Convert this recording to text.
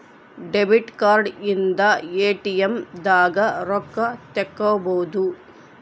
debit card ಇಂದ ATM ದಾಗ ರೊಕ್ಕ ತೆಕ್ಕೊಬೋದು